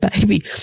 baby